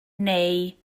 neu